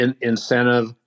incentive